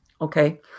okay